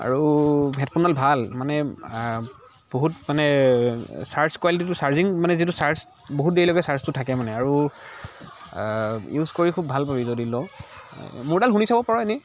আৰু হেডফোনডাল ভাল মানে বহুত মানে চাৰ্জ কোৱালিটীটো চাৰ্জিং মানে যিটো চাৰ্জ বহুত দেৰিলৈকে চাৰ্জটো থাকে মানে আৰু ইউজ কৰি খুব ভাল পাবি যদি লও মোৰডাল শুনি চাব পাৰ এনে